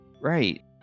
right